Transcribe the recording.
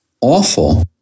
Awful